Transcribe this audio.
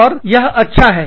और यह अच्छा है